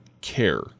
care